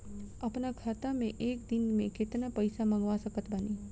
अपना खाता मे एक दिन मे केतना पईसा मँगवा सकत बानी?